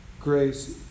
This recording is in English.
grace